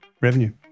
revenue